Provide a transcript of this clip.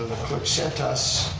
clerk sent us